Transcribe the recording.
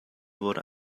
wurde